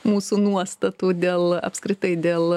mūsų nuostatų dėl apskritai dėl